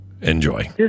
enjoy